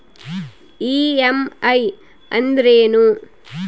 EMI ಅಂದ್ರೇನು?